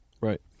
right